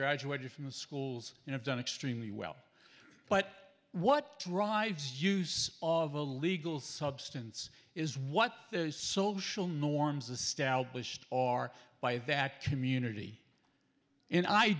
graduated from the schools and have done extremely well but what drives use of a legal substance is what is social norms established are by the act community and i